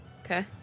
Okay